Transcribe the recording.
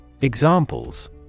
Examples